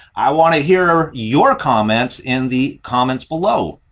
i want to hear your comments in the comments below.